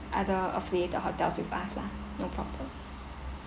other affiliated hotels with us lah no problem